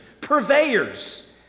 purveyors